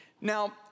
Now